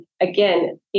again